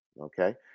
Okay